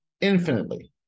infinitely